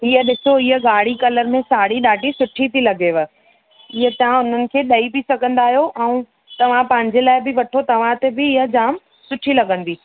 हीअ ॾिसो हीअ ॻाढ़ी कलर में साड़ी ॾाढी सुठी थी लॻेव इहा तव्हां उन्हनि खे ॾेई बि सघंदा आहियो ऐं तव्हां पंहिंजे लाइ बि वठो तव्हां ते बि इहा जाम सुठी लॻंदी